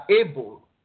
able